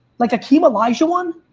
like hakeem olajuwon,